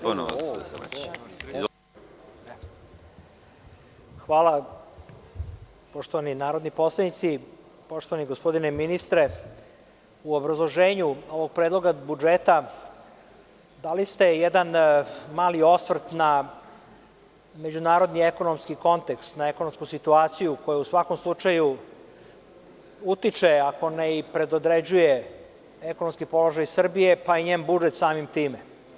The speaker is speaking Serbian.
Poštovani narodni poslanici, poštovani gospodine ministre, u obrazloženju ovog predloga budžeta dali ste jedan mali osvrt na međunarodni ekonomski kontekst, na ekonomsku situaciju, koja u svakom slučaju utiče, ako ne i predodređuje ekonomski položaj Srbije, pa i njen budžet samim tim.